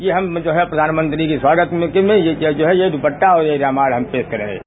ये हम जो है प्रधानमंत्री के स्वागत में दुपड़ा और ये रामायण हम पेश करेंगे